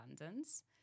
Abundance